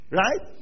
right